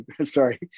sorry